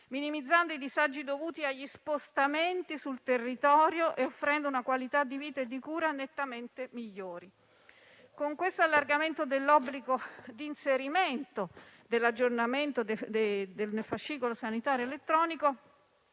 minimizzando i disagi dovuti agli spostamenti sul territorio e offrendo una qualità di vita e di cura nettamente migliori. Con questo allargamento dell'obbligo di inserimento e di aggiornamento del fascicolo sanitario elettronico